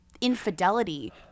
infidelity